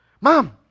Mom